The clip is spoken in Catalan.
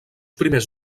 primers